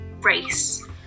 race